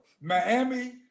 Miami